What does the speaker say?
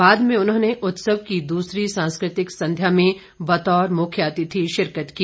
बाद में उन्होंने उत्सव की दूसरी सांस्कृतिक संध्या में बतौर मुख्य अतिथि शिरकत की